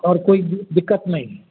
और कोई दिक़्क़त नहीं